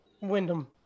Wyndham